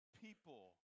people